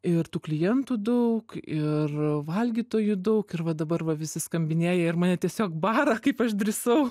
ir tų klientų daug ir valgytojų daug ir va dabar va visi skambinėja ir mane tiesiog bara kaip aš drįsau